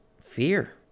fear